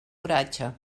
oratge